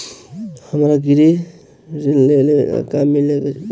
हमरा गृह ऋण लेवे के बा मिली का?